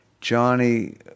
Johnny